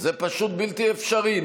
זה פשוט בלתי אפשרי.